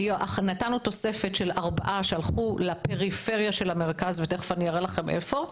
נתנו תוספת של ארבעה שהלכו לפריפריה של המרכז ותכף אני אראה לכם איפה.